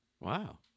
Wow